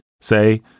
say